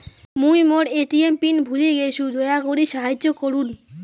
মুই মোর ATM pin ভুলে গেইসু, দয়া করি সাহাইয্য করুন